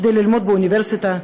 כדי ללמוד באוניברסיטה,